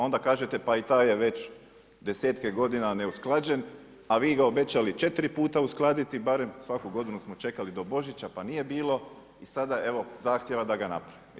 Onda kažete pa i ta je već desetke godina neusklađen, a vi ga obećali 4 puta uskladiti, barem svaku godinu smo čekali do Božića, pa nije bilo i sada evo zahtjeva da ga napraviti.